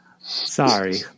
Sorry